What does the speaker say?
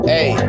Hey